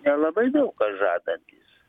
nelabai daug ką žadantys